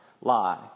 lie